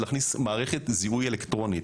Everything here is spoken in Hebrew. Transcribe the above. תהיה כניסת מערכת זיהוי אלקטרונית.